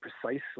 precisely